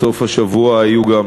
בסוף השבוע היו,